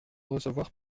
recevoir